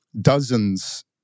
dozens